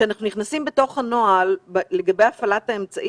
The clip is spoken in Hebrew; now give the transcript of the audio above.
כשאנחנו קוראים את הנוהל לגבי הפעלת האמצעי,